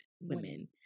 women